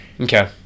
Okay